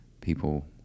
People